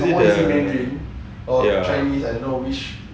is it the ya